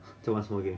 做么什么 game